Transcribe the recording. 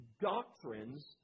doctrines